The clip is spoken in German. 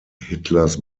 hitlers